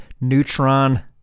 Neutron